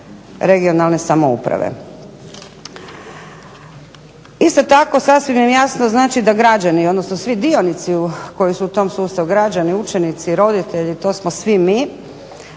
regionalne samouprave. Isto tako sasvim je jasno da građani odnosno svi dionici koji su u tom sustavu građani, učenici, roditelji, to smo svi mi,